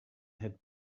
had